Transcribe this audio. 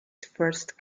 first